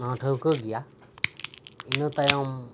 ᱚᱱᱟ ᱦᱚᱸ ᱴᱷᱟᱹᱣᱠᱟᱹ ᱜᱮᱭᱟ ᱤᱱᱟᱹ ᱛᱟᱭᱚᱢ